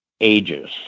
ages